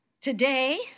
today